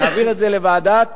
נעביר את זה לוועדת,